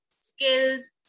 skills